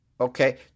Okay